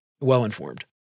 well-informed